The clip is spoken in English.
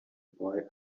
boy